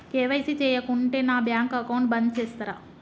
KYC చేయకుంటే నా bank account బంద్ చేస్తరా?